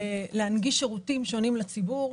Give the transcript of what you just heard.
להנגיש שירותים שונים לציבור,